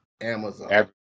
Amazon